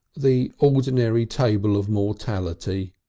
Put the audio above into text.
the ordinary table of mortality,